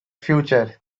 future